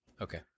Okay